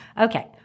Okay